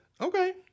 Okay